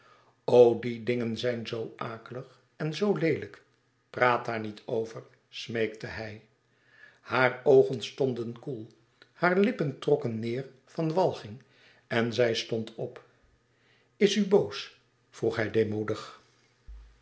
die dingen zijn zoo akelig en zoo leelijk praat daar niet over smeekte hij hare oogen stonden koel haar lippen trokken neêr van walging en zij stond op is u boos vroeg hij deemoedig